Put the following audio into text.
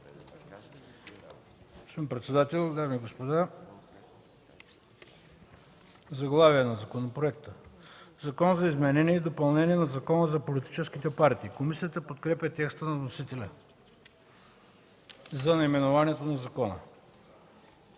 „Закон за изменение на Закона за политическите партии”. Комисията подкрепя текста на вносителя за наименованието на закона.